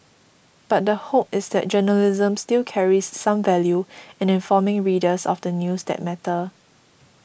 but the hope is that journalism still carries some value in informing readers of the news that matter